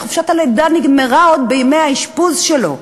כי חופשת הלידה נגמרה עוד בימי האשפוז שלו,